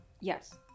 Yes